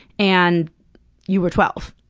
and you were twelve.